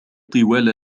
طوال